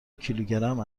کیلوگرم